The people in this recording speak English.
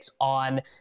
on